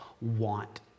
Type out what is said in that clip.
want